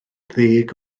ddeg